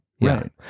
Right